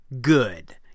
good